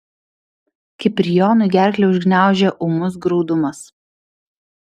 kiprijonui gerklę užgniaužia ūmus graudumas